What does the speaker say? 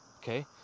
okay